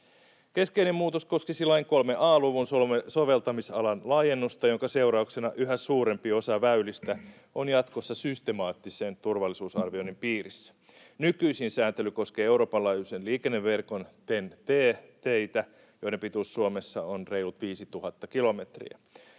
Keskeinen muutos koskisi lain 3 a luvun soveltamisalan laajennusta, jonka seurauksena yhä suurempi osa väylistä on jatkossa systemaattisen turvallisuusarvioinnin piirissä. Nykyisin sääntely koskee Euroopan laajuisen liikenneverkon TEN-T:n teitä, joiden pituus Suomessa on reilut 5 000 kilometriä.